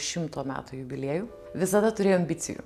šimto metų jubiliejų visada turėjo ambicijų